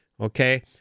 okay